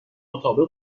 مطابق